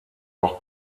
auch